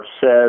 says